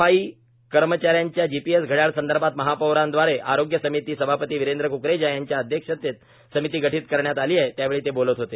सफाई कर्मचा यांच्या जीपीएस घड्याळ संदर्भात महापौरांद्वारे आरोग्य समिती सभापती वीरेंद्र कुकरेजा यांच्या अध्यक्षतेत समिती गठीत करण्यात आली आहे त्यावेळी ते बोलत होते